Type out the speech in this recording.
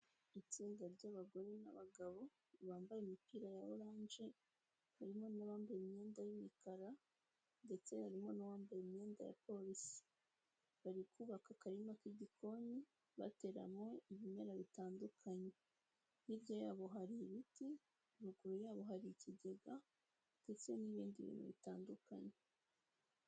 Itsinda ry'abagore n'abagabo bambaye imipira ya orange harimo n'abambaye imyenda y'imikara ndetse harimo n'uwambaye imyenda ya polisi, bari kubaka akarima k'igikoni bateranwe ibimera bitandukanye, hirya yabo hari ibiti ruguru yabo hari ikigega ndetse n'ibindi bintu bitandukanye.